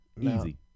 easy